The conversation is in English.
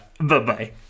bye-bye